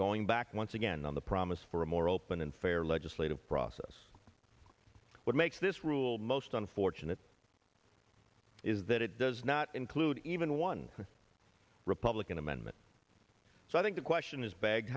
going back once again on the promise for a more open and fair legislative process what makes this rule most unfortunate is that it does not include even one republican amendment so i think the question is bag